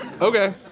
Okay